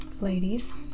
ladies